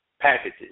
packages